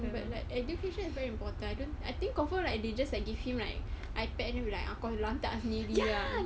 but like education is very important I don't I think confirm like they just like give him like ipad ah kau lantak sendiri lah